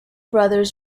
brothers